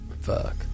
fuck